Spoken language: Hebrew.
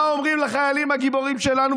ומה אומרים לחיילים הגיבורים שלנו?